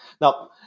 Now